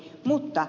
mutta